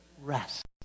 Rest